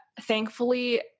thankfully